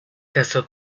casó